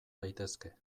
daitezke